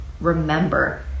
remember